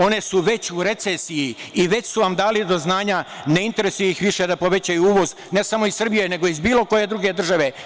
One su već u recesiji i već su vam dali do znanja da ih ne interesuje više da povećaju uvoz, ne samo iz Srbije, nego iz bilo koje druge države.